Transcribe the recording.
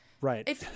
right